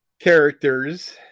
characters